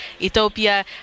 Ethiopia